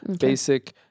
Basic